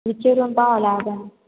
विचारून पहावं लागेल